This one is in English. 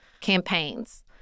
campaigns